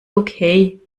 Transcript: okay